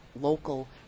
local